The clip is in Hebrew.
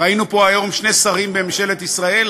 ראינו פה היום שני שרים בממשלת ישראל.